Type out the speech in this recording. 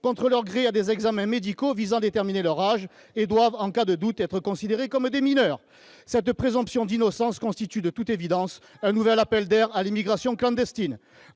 contre leur gré à des examens médicaux visant à déterminer leur âge, et doivent, en cas de doute, être considérés comme des mineurs. » Eh oui ! Cette présomption d'innocence constitue, de toute évidence, un nouvel appel d'air à l'immigration clandestine.